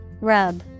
Rub